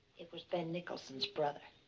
it was ben nicholson's brother.